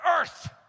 earth